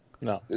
No